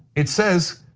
it says.